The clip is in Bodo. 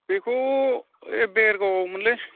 बेखौ ओइ बेरगावआवमोनलै